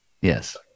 Yes